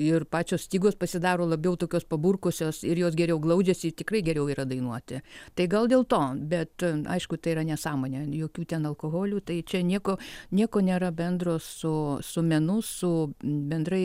ir pačios stygos pasidaro labiau tokios paburkusios ir jos geriau glaudžiasi tikrai geriau yra dainuoti tai gal dėl to bet aišku tai yra nesąmonė jokių ten alkoholių tai čia nieko nieko nėra bendro su su menu su bendrai